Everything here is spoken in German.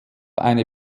eine